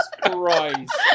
Christ